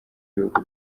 y’ibihugu